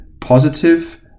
positive